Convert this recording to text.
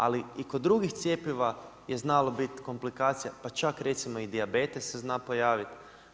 Ali i kod drugih cjepiva je znalo biti komplikacija pa čak recimo i dijabetes se zna pojavit.